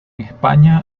españa